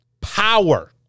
Power